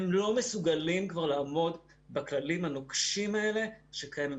והם לא מסוגלים כבר לעמוד בכללים הנוקשים האלה שקיימים.